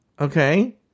okay